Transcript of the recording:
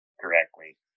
correctly